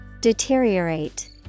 Deteriorate